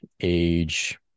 age